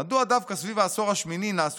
"מדוע דווקא סביב העשור השמיני נעשו